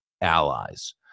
allies